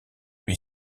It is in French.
lui